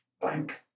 blank